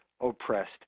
oppressed